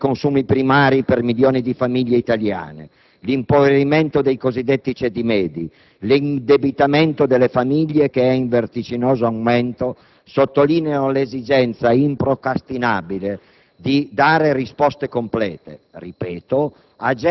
La sindrome della quarta settimana, la riduzione dei consumi primari per milioni di famiglie italiane, l'impoverimento dei cosiddetti ceti medi, l'indebitamento delle famiglie, che è in vertiginoso aumento, sottolineano l'esigenza improcrastinabile